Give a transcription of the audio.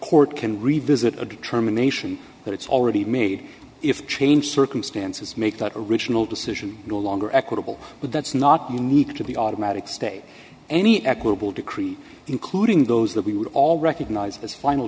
court can revisit a determination that it's already made if changed circumstances make the original decision no longer equitable but that's not unique to the automatic state any equitable decree including those that we would all recognise as final